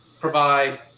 provide